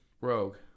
Rogue